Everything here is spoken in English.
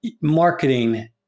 marketing